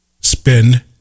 spend